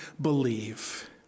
believe